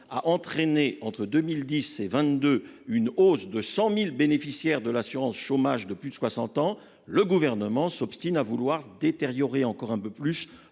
a entraîné entre 2010 et 22, une hausse de 100.000 bénéficiaires de l'assurance chômage de plus de 60 ans, le gouvernement s'obstine à vouloir détériorer encore un peu plus